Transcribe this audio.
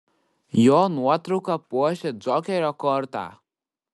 jo nuotrauka puošia džokerio kortą